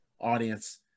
audience